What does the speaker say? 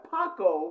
Paco